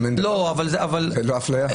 אבל אם אין, זאת לא אפליה?